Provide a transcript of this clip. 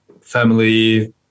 family